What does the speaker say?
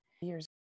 years